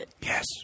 Yes